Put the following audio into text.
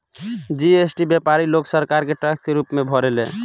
GST व्यापारी लोग सरकार के टैक्स के रूप में भरेले